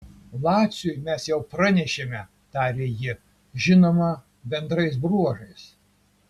laciui mes jau pranešėme tarė ji žinoma bendrais bruožais